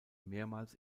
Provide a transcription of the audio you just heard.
mehrmals